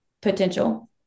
Potential